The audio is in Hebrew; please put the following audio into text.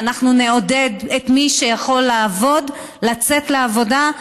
ואנחנו נעודד את מי שיכול לעבוד לצאת לעבודה,